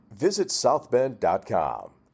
VisitSouthBend.com